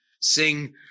sing